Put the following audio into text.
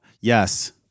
Yes